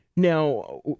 Now